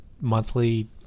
monthly